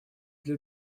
для